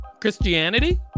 christianity